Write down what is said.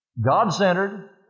God-centered